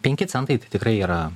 penki centai tai tikrai yra